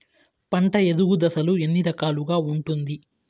పంట ఎదుగు దశలు ఎన్ని రకాలుగా ఉంటుంది?